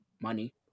money